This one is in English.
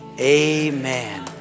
Amen